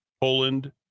Poland